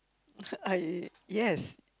I yes